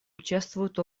участвуют